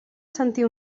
sentir